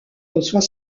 reçoit